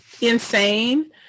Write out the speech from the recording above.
insane